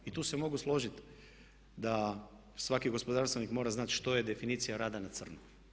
I tu se mogu složiti da svaki gospodarstvenik mora znati što je definicija rada na crno.